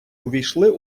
увійшли